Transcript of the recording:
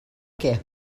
què